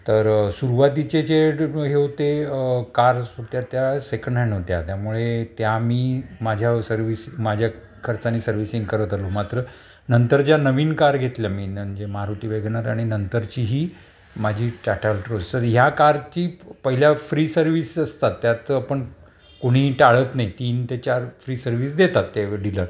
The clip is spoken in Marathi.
तर सुरवातीचे जे हे होते कारत्या त्या सेकंड हॅन्ड होत्या त्यामुळे त्या मी माझ्या सर्व्हिस माझ्या खर्चानी सर्व्हिसिंग करत आलो मात्र नंतर ज्या नवीन कार घेतल्या मी नं जे मारुती वेगनार आणि नंतरची ही माझी टाटा ट्रोस तर ह्या कारची पहिल्या फ्री सर्विस असतात त्यात आपण कुणीही टाळत नाई तीन ते चार फ्री सर्व्हिस देतात ते डीलर